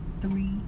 three